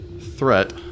threat